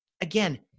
again